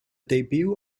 debut